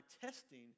testing